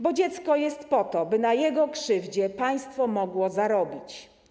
Bo dziecko jest po to, by na jego krzywdzie państwo mogło zarobić.